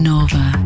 Nova